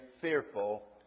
fearful